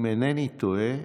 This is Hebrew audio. אם אינני טועה,